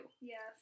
Yes